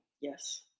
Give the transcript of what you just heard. Yes